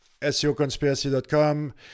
seoconspiracy.com